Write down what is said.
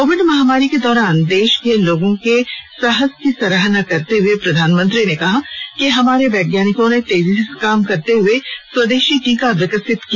Covid महामारी के दौरान देश के लोगों के साहस की सराहना करते हुए प्रधानमंत्री ने कहा कि हमारे वैज्ञानिकों ने तेजी से काम करते हुए स्वदेशी टीका विकसित किया